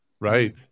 right